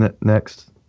next